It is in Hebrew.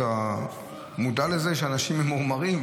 זה היה עוד לפני הבחירות: אתה מודע לזה שאנשים ממורמרים,